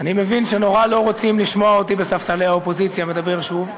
אני מבין שנורא לא רוצים לשמוע אותי בספסלי האופוזיציה מדבר שוב,